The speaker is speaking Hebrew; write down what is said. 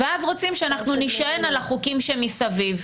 ואז רוצים שאנחנו נישען על החוקים שמסביב,